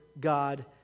God